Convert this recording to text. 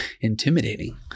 intimidating